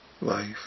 life